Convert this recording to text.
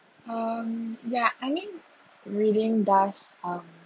um ya I mean reading does um